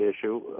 issue